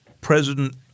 President